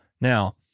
Now